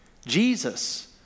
Jesus